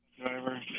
Driver